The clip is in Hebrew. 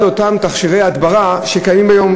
על אותם תכשירי הדברה שקיימים היום.